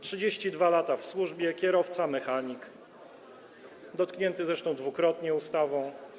32 lata w służbie, kierowca, mechanik, dotknięty zresztą dwukrotnie ustawą.